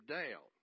down